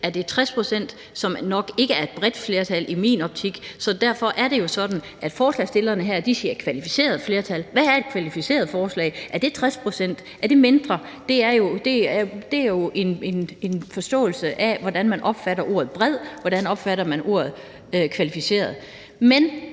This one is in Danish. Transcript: er det 60 pct., som nok ikke er et bredt flertal i min optik? Det er sådan, at forslagsstillerne her siger et kvalificeret flertal. Hvad er et kvalificeret flertal: Er det 60 pct., eller er det mindre? Det er jo en forståelse af, hvordan man opfatter ordet bred, og hvordan man opfatter ordet kvalificeret, men